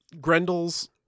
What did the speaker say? Grendel's